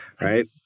Right